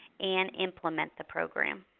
and implement the program?